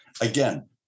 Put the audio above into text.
Again